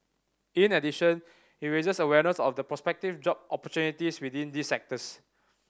in addition it raises awareness of the prospective job opportunities within these sectors